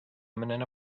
imminent